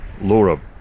Laura